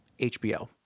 HBO